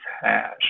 hash